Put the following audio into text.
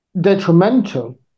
detrimental